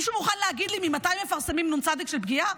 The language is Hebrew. מישהו מוכן להגיד לי ממתי מפרסמים נ"צ של פגיעה?